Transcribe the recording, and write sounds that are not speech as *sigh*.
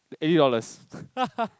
eighty dollars *laughs*